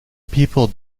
people